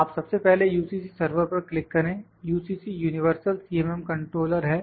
आप सबसे पहले UCC सर्वर पर क्लिक करें UCC यूनिवर्सल CMM कंट्रोलर है